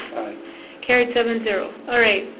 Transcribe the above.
carried seven zero. all right,